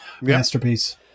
masterpiece